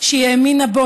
שהיא האמינה בו,